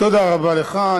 תודה רבה לך.